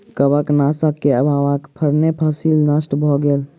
कवकनाशक के अभावक कारणें फसील नष्ट भअ गेल